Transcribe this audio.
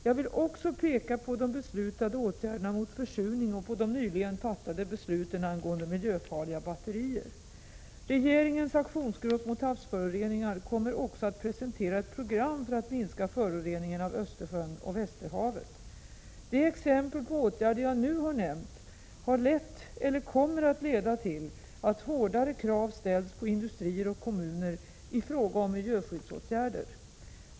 Jag vill också peka på de beslutade åtgärderna mot försurning och på de nyligen fattade besluten angående miljöfarliga batterier. Regeringens aktionsgrupp mot havsföroreningar kommer också att presentera ett program för att minska föroreningen i Östersjön och Västerhavet. De exempel på åtgärder jag nu har nämnt har lett eller kommer att leda till att hårdare krav ställs på industrier och kommuner i fråga om miljöskyddsåtgärder.